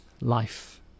life